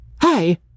Hi